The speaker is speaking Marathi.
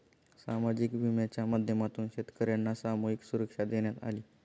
सामाजिक विम्याच्या माध्यमातून शेतकर्यांना सामूहिक सुरक्षा देण्यात आली